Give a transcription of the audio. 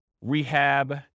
rehab